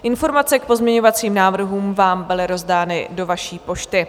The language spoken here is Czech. Informace k pozměňovacím návrhům vám byly rozdány do vaší pošty.